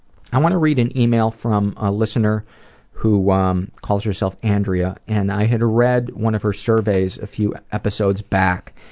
i wanna read an email from a listener who um calls herself andrea, and i had read one of her surveys a few episodes back,